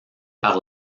par